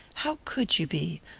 how could you be?